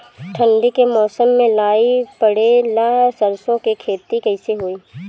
ठंडी के मौसम में लाई पड़े ला सरसो के खेती कइसे होई?